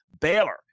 Baylor